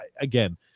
again